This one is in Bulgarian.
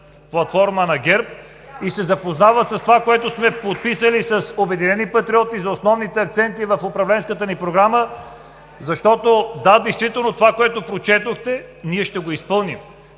платформа на ГЕРБ и се запознават с това, което сме подписали с „Обединени патриоти“ за основните акценти в управленската ни програма. Да, действително, това, което прочетохте, ние ще го изпълним,